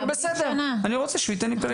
הכל בסדר, אני רוצה שהוא ייתן לי פרק זמן.